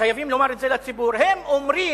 וחייבים לומר את זה לציבור: הם אומרים,